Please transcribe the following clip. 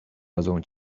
rodzą